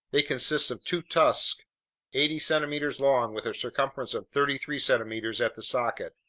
they consist of two tusks eighty centimeters long with a circumference of thirty-three centimeters at the socket.